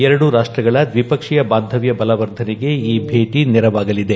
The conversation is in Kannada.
ಎರಡೂ ರಾಷ್ಟ್ರಗಳ ದ್ವಿಪಕ್ಷೀಯ ಬಾಂಧವ್ಯ ಬಲವರ್ಧನೆಗೆ ಈ ಭೇಟಿ ನೆರವಾಗಲಿದೆ